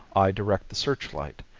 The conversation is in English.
i direct the searchlight,